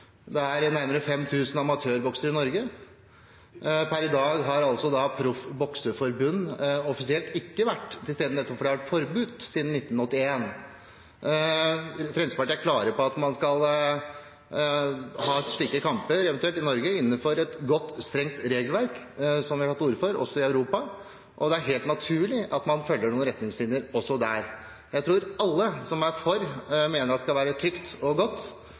Det er nærmere 5 000 amatørboksere i Norge. Per i dag har altså proff bokseforbund offisielt ikke vært til stede, nettopp fordi det har vært et forbud siden 1981. Fremskrittspartiet er klar på at man skal ha slike kamper, eventuelt i Norge, innenfor et godt, strengt regelverk, som det er tatt til orde for også i Europa, og det er helt naturlig at man følger noen retningslinjer også der. Jeg tror alle som er for, mener at det skal være trygt og godt,